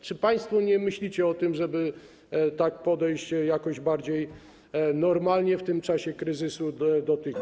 Czy państwo nie myślicie o tym, żeby podejść jakoś bardziej normalnie w tym czasie kryzysu do tematu tych dróg?